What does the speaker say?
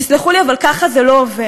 תסלחו לי, אבל ככה זה לא עובד.